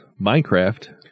Minecraft